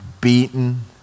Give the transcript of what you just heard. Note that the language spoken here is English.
beaten